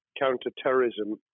counter-terrorism